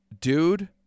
dude